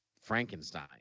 Frankenstein